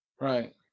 right